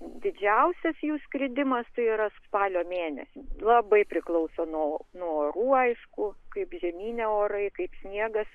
didžiausias jų skridimas tai yra spalio mėnesį labai priklauso nuo nuo orų aišku kaip žemyne orai kaip sniegas